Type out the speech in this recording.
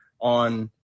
on